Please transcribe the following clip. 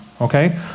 okay